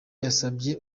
yasabye